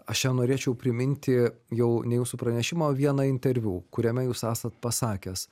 aš ją norėčiau priminti jau ne jūsų pranešimą o vieną interviu kuriame jūs esat pasakęs